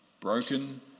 broken